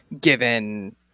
given